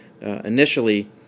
initially